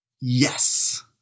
yes